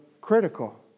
critical